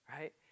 right